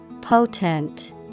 Potent